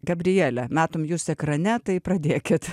gabriele matom jus ekrane tai pradėkit